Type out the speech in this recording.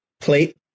plate